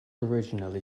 originally